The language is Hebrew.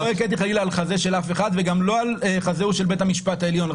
לא הכיתי חלילה על חזה של אף אחד וגם לא על חזהו של בית המשפט העליון,